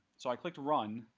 so i clicked run,